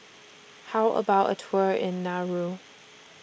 How about A Tour in Nauru